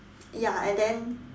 ya and then